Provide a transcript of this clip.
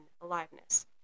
aliveness